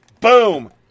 Boom